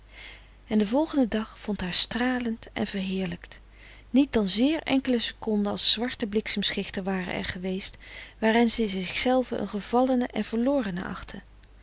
en de volgende dag vond haar stralend en verheerlijkt niet dan zeer enkele seconden als zwarte frederik van eeden van de koele meren des doods bliksemschichten waren er geweest waarin zij zichzelve een gevallene en verlorene achtte